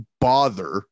bother